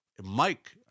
Mike